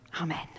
Amen